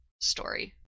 story